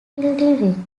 building